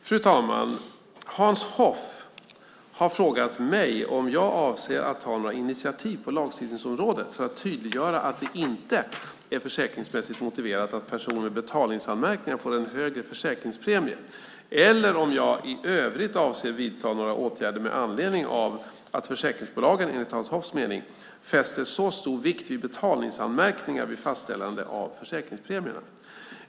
Fru talman! Hans Hoff har frågat mig om jag avser att ta några initiativ på lagstiftningsområdet för att tydliggöra att det inte är försäkringsmässigt motiverat att personer med betalningsanmärkningar får en högre försäkringspremie eller om jag i övrigt avser att vidta några åtgärder med anledning av att försäkringsbolagen, enligt Hans Hoffs mening, fäster så stor vikt vid betalningsanmärkningar vid fastställandet av försäkringspremierna.